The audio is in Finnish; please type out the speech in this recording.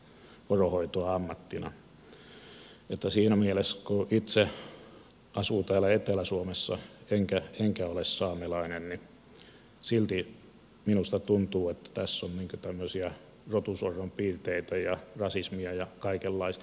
siinä mielessä vaikka itse asun täällä etelä suomessa enkä ole saamelainen silti minusta tuntuu että tässä on tämmöisiä rotusorron piirteitä ja rasismia ja kaikenlaista